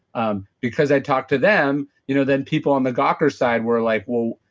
um because i talked to them, you know then people on the gawker side were like, well,